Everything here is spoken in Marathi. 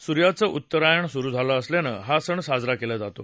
सुर्याचं उत्तरायण सुरु होत असल्यानं हा सण साजरा केला जातो